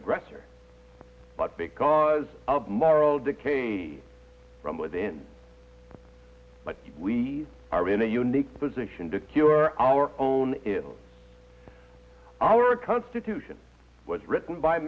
aggressor but because of moral decay see from within but we are in a unique position to cure our own is our constitution was written by